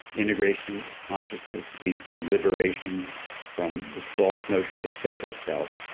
integration of consciousness leads to a liberation from the false notion of a separate self.